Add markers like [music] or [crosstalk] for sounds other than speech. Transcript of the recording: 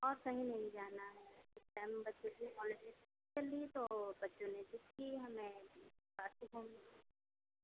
और कहीं नहीं जाना है [unintelligible] तो बच्चों ने ज़िद्द की हमें [unintelligible]